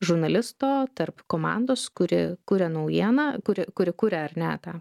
žurnalisto tarp komandos kuri kuria naujieną kuri kuri kuria ar ne tą